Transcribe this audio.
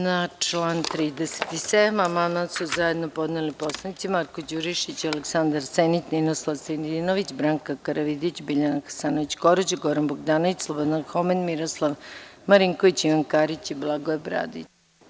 Na član 37. amandman su zajedno podneli narodni poslanici Marko Đurišić, Aleksandar Senić, Ninoslav Stojadinović, Branka Karavidić, Biljana Hasanović Korać, Goran Bogdanović, Slobodan Homen, Miroslav Marinković, Ivan Karić i Blagoje Bradić.